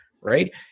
right